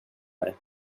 mig